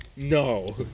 No